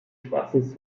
schwarzen